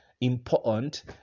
important